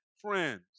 friends